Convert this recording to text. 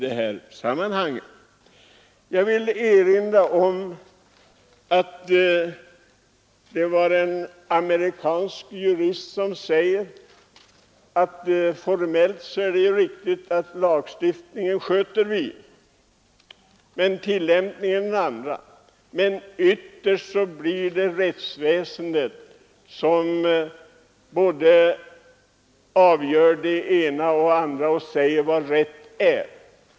En amerikansk jurist har sagt att formellt är det parlamentet som sköter lagstiftningen medan andra sköter lagens tillämpning men att det ytterst ändå blir rättsväsendet som avgör vad som är rätt.